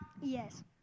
Yes